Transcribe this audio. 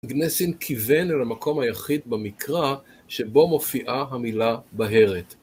גנסין כיוון אל המקום היחיד במקרא שבו מופיעה המילה בהרת.